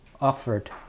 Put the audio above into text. offered